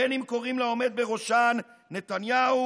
בין שקוראים לעומד בראשן נתניהו